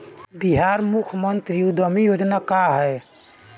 बिहार मुख्यमंत्री उद्यमी योजना का है?